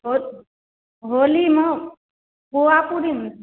होलीमे पुआ पुरी ने